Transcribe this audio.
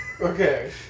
Okay